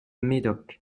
médoc